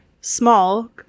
small